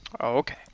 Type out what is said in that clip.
okay